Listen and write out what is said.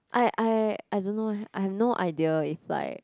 I I I don't know leh I have no idea if like